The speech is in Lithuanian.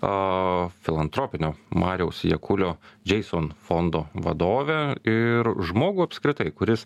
o filantropinio mariaus jakulio džeison fondo vadovę ir žmogų apskritai kuris